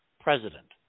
president